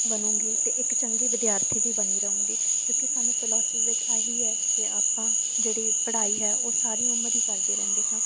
ਬਣੂਗੀ ਅਤੇ ਇੱਕ ਚੰਗੀ ਵਿਦਿਆਰਥੀ ਵੀ ਬਣੀ ਰਹੂੰਗੀ ਕਿਉਂਕਿ ਸਾਨੂੰ ਫਿਲੋਸਫੀ ਵਿੱਚ ਆਹ ਹੀ ਹੈ ਕਿ ਆਪਾਂ ਜਿਹੜੀ ਪੜ੍ਹਾਈ ਹੈ ਉਹ ਸਾਰੀ ਉਮਰ ਹੀ ਕਰਦੇ ਰਹਿੰਦੇ ਹਾਂ